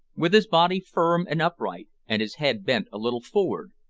with his body firm and upright, and his head bent a little forward,